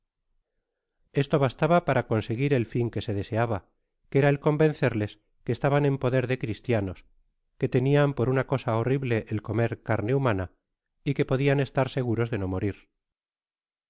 esto basica para conseguir el fin que se deseaba que era el convencerles que estañan en poder de cristianos que tenian por una cosa borriole el comer carne humana y que podían estar seguros de no morir